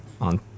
on